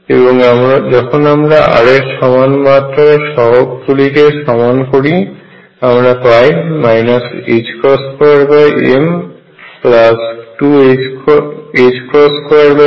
এবং যখন আমরা r এর সমান মাত্রার সহগ গুলিকে সমান করি আমরা পাই 2m222m0